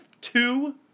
two